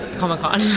comic-con